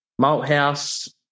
Malthouse